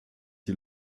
die